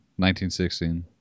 1916